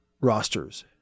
rosters